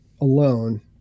alone